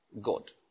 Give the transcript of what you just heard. God